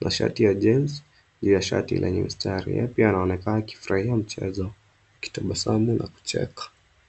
na shati ya jeans juu ya shati lenye mistari. Ye pia anaonekana akifurahia mchezo akitabasamu na kucheka.